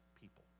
people